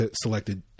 selected